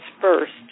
first